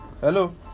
Hello